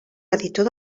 editor